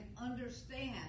understand